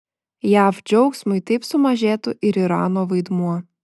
jav džiaugsmui taip sumažėtų ir irano vaidmuo